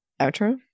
outro